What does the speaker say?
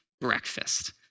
breakfast